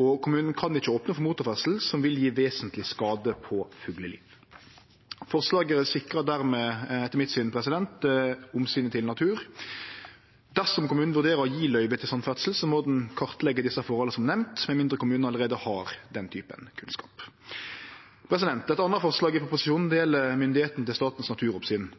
og kommunen kan ikkje opne for motorferdsel som vil gje vesentleg skade på fugleliv. Forslaget sikrar dermed etter mitt syn omsynet til natur. Dersom kommunen vurderer å gje løyve til slik ferdsel, må kommunen kartleggje dei forholda som er nemnde, med mindre kommunen allereie har den typen kunnskap. Eit anna forslag i proposisjonen gjeld myndigheita til Statens naturoppsyn.